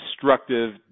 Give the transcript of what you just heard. destructive